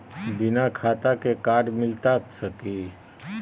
बिना खाता के कार्ड मिलता सकी?